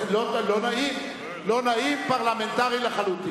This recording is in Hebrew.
לא נעים, לא נעים, אבל פרלמנטרי לחלוטין.